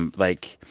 and like,